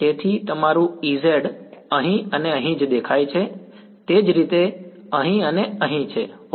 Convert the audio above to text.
તેથી તમારું Ez અહીં અને અહીં દેખાય છે તે જ રીતે અહીં અને અહીં છે ઓકે